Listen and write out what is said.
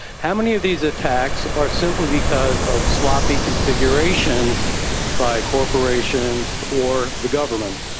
how many of these attacks are simply because of sloppy configurations by corporations or the government?